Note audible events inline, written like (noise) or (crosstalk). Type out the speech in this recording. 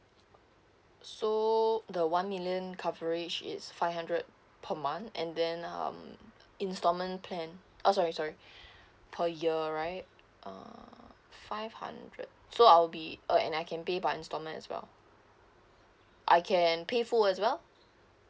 so the one million coverage is five hundred per month and then um installment plan uh sorry sorry (breath) per year right uh five hundred so I will be uh and I can pay by installment as well I can pay full as well